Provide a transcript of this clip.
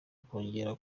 kongera